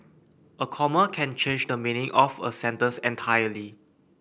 a comma can change the meaning of a sentence entirely